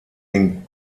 den